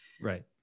Right